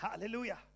hallelujah